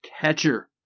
catcher